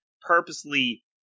purposely